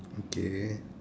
okay